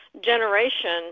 Generation